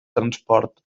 transport